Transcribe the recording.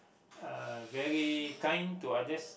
a very kind to others